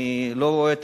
אני לא רואה את